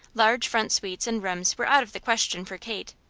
large front suites and rooms were out of the question for kate,